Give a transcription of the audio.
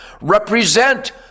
represent